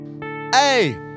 Hey